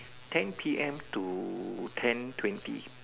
ten P_M to ten twenty